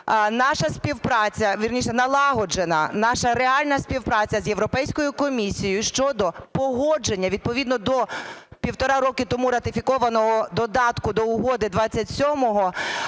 наша співпраця, вірніше, налагоджена наша реальна співпраця з Європейською комісією щодо погодження відповідно до 1,5 роки тому ратифікованого додатку до угоди 27-го